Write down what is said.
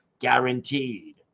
Guaranteed